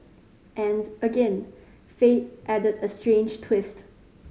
and again fate added a strange twist